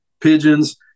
pigeons